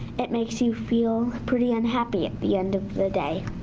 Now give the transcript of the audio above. it makes you feel pretty unhappy at the end of the day.